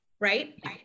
right